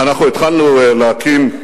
אנחנו התחלנו להקים,